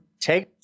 take